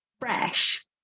fresh